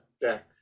deck